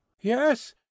Yes